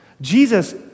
Jesus